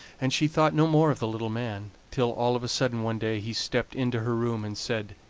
and she thought no more of the little man, till all of a sudden one day he stepped into her room and said